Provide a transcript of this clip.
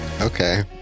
okay